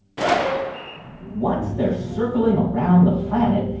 time in once they're circling around the planet,